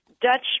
Dutch